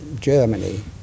Germany